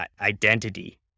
identity